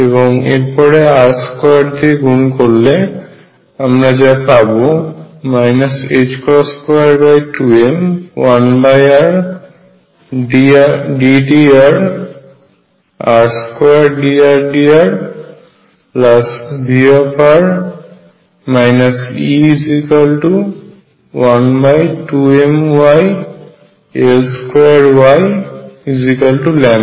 এবং এরপর r² দিয়ে গুন করলে আমরা যা পাব 22m1Rddrr2dRdrVr E12mYL2Yλ